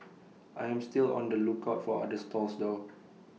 I am still on the lookout for other stalls though